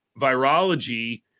virology